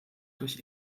durch